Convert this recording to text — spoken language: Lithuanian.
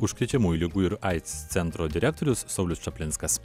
užkrečiamųjų ligų ir aids centro direktorius saulius čaplinskas